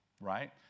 right